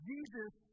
Jesus